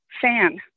fan